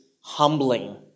humbling